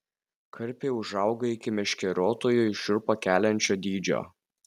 karpiai užauga iki meškeriotojui šiurpą keliančio dydžio